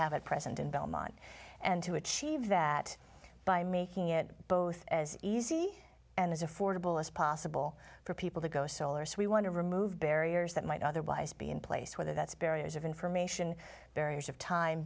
have at present in belmont and to achieve that by making it both as easy and as affordable as possible for people to go solar so we want to remove barriers that might otherwise be in place whether that's barriers of information barriers of time